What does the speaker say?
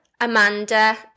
Amanda